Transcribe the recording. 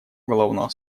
уголовного